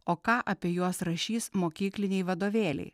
o ką apie juos rašys mokykliniai vadovėliai